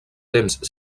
temps